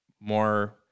more